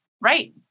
Right